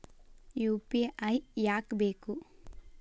UPI ಯಾಕ್ ಬೇಕು?